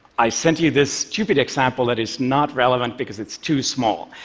i sent you this stupid example that is not relevant because it's too small.